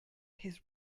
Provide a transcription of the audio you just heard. his